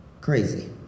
crazy